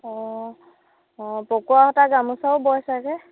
অঁ অঁ পকোৱা সূতাৰ গামোচাও বয় চাগৈ